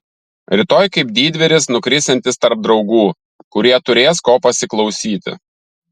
rytoj kaip didvyris nukrisiantis tarp draugų kurie turės ko pasiklausyti